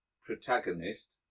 Protagonist